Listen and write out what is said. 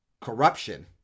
corruption